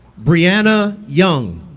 bre'anna young